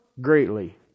greatly